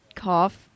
cough